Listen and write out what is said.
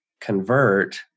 convert